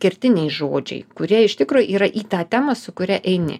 kertiniai žodžiai kurie iš tikro yra į tą temą su kuria eini